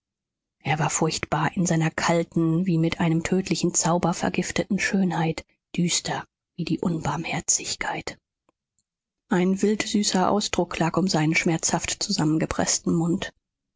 er war furchtbar in seiner kalten wie mit einem tödlichen zauber vergifteten schönheit düster wie die unbarmherzigkeit ein wildsüßer ausdruck lag um seinen schmerzhaft zusammengepreßten mund